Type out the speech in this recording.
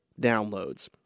downloads